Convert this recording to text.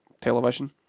television